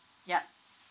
yup